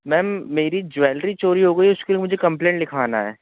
ma'am मेरी jewellery चोरी हो गई है उसके लिए मुझे कंप्लेंट लिखाना है